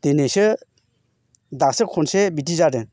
दिनैसो दासो खनसे बिदि जादों